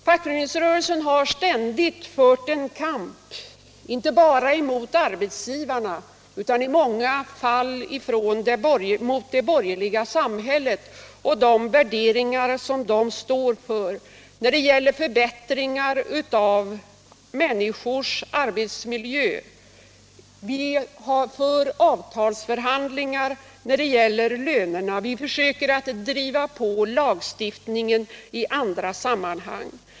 Fackföreningsrörelsen har ständigt fört en kamp, inte bara mot arbetsgivarna utan i många fall mot det borgerliga samhället och de värderingar som det står för när det gäller förbättringar av människors arbetsmiljö. Vi för avtalsförhandlingar om lönerna och försöker driva på lagstiftningen i andra sammanhang.